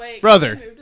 Brother